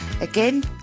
again